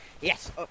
Yes